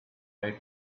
out